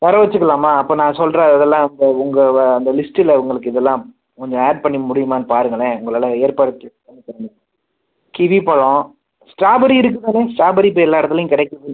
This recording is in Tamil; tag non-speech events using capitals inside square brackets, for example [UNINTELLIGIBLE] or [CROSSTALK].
வர வச்சுக்குலாமா அப்போ நான் சொல்கிற இதெல்லாம் இந்த உங்கள் வ அந்த லிஸ்ட்டில் உங்களுக்கு இதெல்லாம் கொஞ்சம் ஆட் பண்ணிக்க முடியுமானு பாருங்களேன் உங்களால் ஏற்பாடு பண்ணித்தர [UNINTELLIGIBLE] கிவி பழம் ஸ்டாபெர்ரி இருக்குது தானே ஸ்டாபெர்ரி இப்போ எல்லா இடத்துலையும் கிடைக்குதுன்